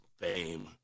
fame